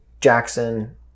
Jackson